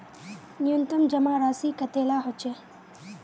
न्यूनतम जमा राशि कतेला होचे?